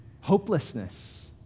hopelessness